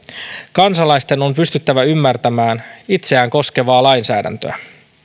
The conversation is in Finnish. kansalaisten on pystyttävä ymmärtämään itseään koskevaa lainsäädäntöä